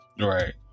Right